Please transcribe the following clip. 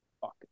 Fuck